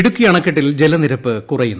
ഇടുക്കി അണക്കെട്ടിൽ ജലനിരപ്പ് കുറയുന്നു